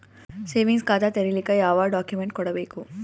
Savings ಖಾತಾ ತೇರಿಲಿಕ ಯಾವ ಡಾಕ್ಯುಮೆಂಟ್ ಕೊಡಬೇಕು?